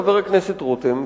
חבר הכנסת רותם,